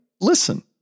listen